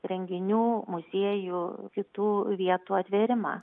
renginių muziejų kitų vietų atvėrimą